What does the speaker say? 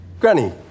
Granny